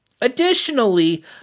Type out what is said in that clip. Additionally